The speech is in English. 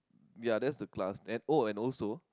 ya that's the plus and oh and also